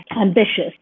ambitious